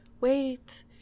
wait